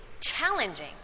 challenging